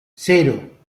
cero